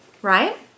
Right